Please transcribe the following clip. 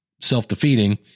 self-defeating